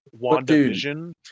Wandavision